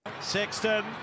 Sexton